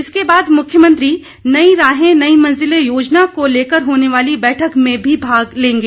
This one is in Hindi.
इसके बाद मुख्यमंत्री नई राहें नई मंज़िलें योजना को लेकर होने वाली बैठक में भी भाग लेंगे